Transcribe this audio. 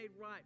right